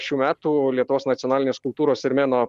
šių metų lietuvos nacionalinės kultūros ir meno